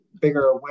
bigger